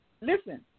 listen